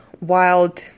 Wild